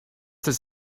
das